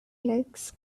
legs